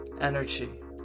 Energy